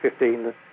2015